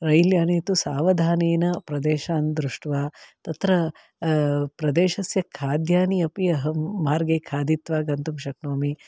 रेल्याने तु सावधानेन प्रदेशान् दृष्ट्वा तत्र प्रदेशस्य खाद्यानि अपि अहं मार्गे खादित्वा गन्तुं शक्नोमि